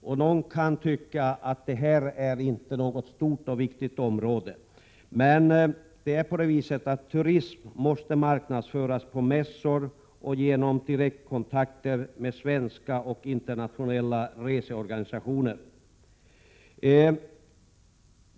Någon kan tycka att detta inte är något stort och viktigt område, men turism måste marknadsföras på mässor och genom direktkontakter med svenska och internationella reseorganisationer.